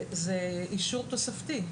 זה אישור תוספתי.